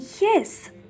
yes